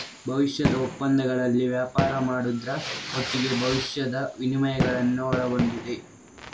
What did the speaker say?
ಭವಿಷ್ಯದ ಒಪ್ಪಂದಗಳಲ್ಲಿ ವ್ಯಾಪಾರ ಮಾಡುದ್ರ ಒಟ್ಟಿಗೆ ಭವಿಷ್ಯದ ವಿನಿಮಯಗಳನ್ನ ಒಳಗೊಂಡಿದೆ